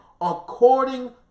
according